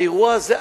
האירוע הזה,